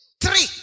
Three